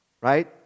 right